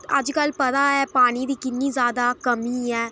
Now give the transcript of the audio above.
अजकल पता ऐ पानी दी किन्नी ज्यादा कमी ऐ